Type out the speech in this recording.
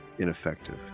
ineffective